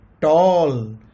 tall